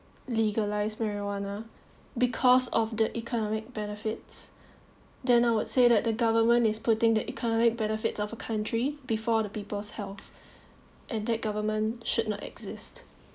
legalize marijuana because of the economic benefits then I would say that the government is putting the economic benefits of a country before the people's health and that government should not exist